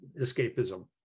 escapism